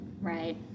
right